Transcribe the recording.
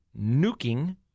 nuking